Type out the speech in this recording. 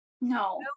No